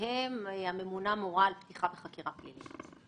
שבהם הממונה מורה על פתיחה בחקירה פלילית.